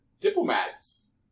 diplomats